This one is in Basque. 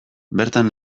bertan